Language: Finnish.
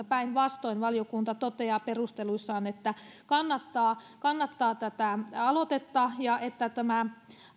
päinvastoin valiokunta toteaa perusteluissaan että kannattaa kannattaa tätä aloitetta ja että tämä